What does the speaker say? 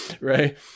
right